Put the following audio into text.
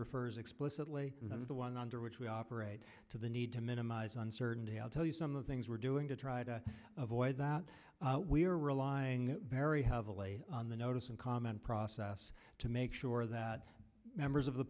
refers explicitly the one under which we operate to the need to minimise uncertainty i'll tell you some of the things we're doing to try to avoid that we're relying very heavily on the notice and comment process to make sure that members of the